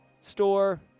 Store